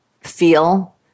feel